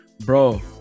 Bro